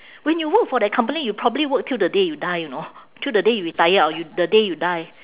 when you work for that company you probably work till the day you die you know till the day you retire or you the day you die